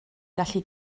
gallu